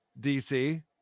dc